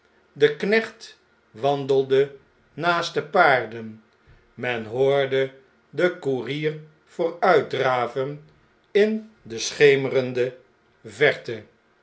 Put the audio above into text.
de knecht wandelde naast de paarden men hoorde den koerier vooruitdraven in de schemerende verte